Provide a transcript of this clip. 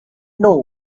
know